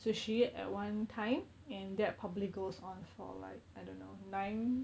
sushi at one time and that probably goes on for like I don't know nine